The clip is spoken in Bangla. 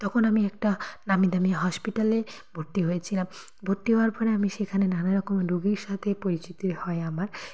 তখন আমি একটা নামী দামি হসপিটালে ভর্তি হয়েছিলাম ভর্তি হওয়ার পরে আমি সেখানে নানারকম রুগীর সাথে পরিচিতি হয় আমার